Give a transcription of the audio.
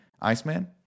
Iceman